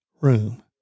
room